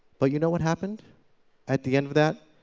but you know what happened at the end of that?